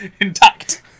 intact